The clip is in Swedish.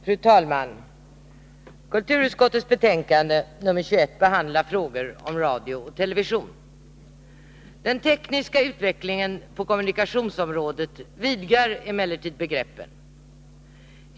Fru talman! Kulturutskottets betänkande nr 21 behandlar frågor om radio och television. Den tekniska utvecklingen på kommunikationsområdet vidgar emellertid begreppen.